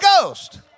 Ghost